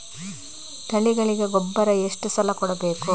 ತಳಿಗಳಿಗೆ ಗೊಬ್ಬರ ಎಷ್ಟು ಸಲ ಕೊಡಬೇಕು?